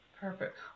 Perfect